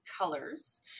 colors